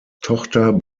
tochter